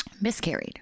miscarried